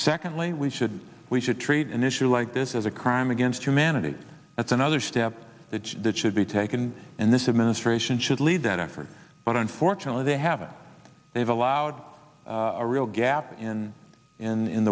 secondly we should we should treat an issue like this as a crime against humanity that's another step that should be taken and this administration should lead that effort but unfortunately they have they've allowed a real gap in in